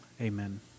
amen